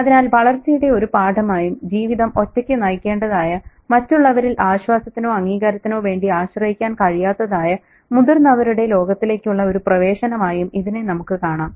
അതിനാൽ വളർച്ചയുടെ ഒരു പാഠമായും ജീവിതം ഒറ്റക്ക് നയിക്കേണ്ടതായ മറ്റുള്ളവരിൽ ആശ്വാസത്തിനോ അംഗീകാരത്തിനോ വേണ്ടി ആശ്രയിക്കാൻ കഴിയാത്തതായ മുതിർന്നവരുടെ ലോകത്തിലേക്കുള്ള ഒരു പ്രവേശനമായും ഇതിനെ നമുക്ക് കാണാം